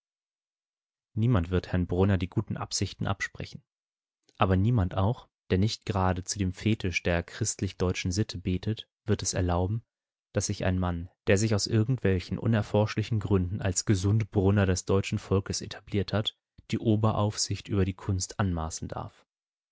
niemand wird herrn brunner die guten absichten absprechen aber niemand auch der nicht gerade zu dem fetisch der christlich-deutschen sitte betet wird es erlauben daß sich ein mann der sich aus irgendwelchen unerforschlichen gründen als gesund-brunner des deutschen volkes etabliert hat die oberaufsicht über die kunst anmaßen darf